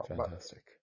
Fantastic